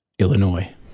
Illinois